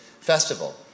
festival